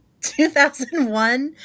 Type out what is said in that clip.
2001